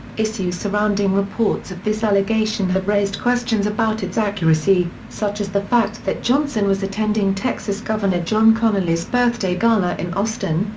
issues surrounding reports of this allegation have raised questions about its accuracy, such as the fact that johnson was attending texas governor john connally's birthday gala in austin,